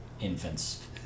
infants